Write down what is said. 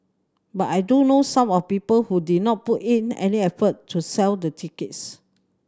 but I do know some of people who did not put in any effort to sell the tickets